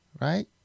Right